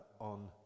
on